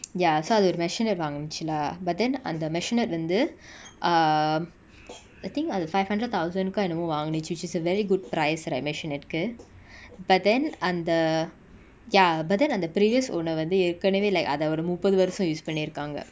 ya so அது ஒரு:athu oro masionette வாங்குனுசு:vaangunuchu lah but then அந்த:antha masionette வந்து:vanthu err I think அது:athu five hundred thousand கொ என்னமோ வாங்குனுசு:ko ennamo vaangunuchu which is a very good price right masionette கு:ku but then அந்த:antha ya but then அந்த:antha previous owner வந்து ஏர்கனவே:vanthu yerkanave like அத அவரு முப்பது வருசோ:atha avaru muppathu varuso use பன்னி இருக்காங்க:panni irukaanga